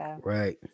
Right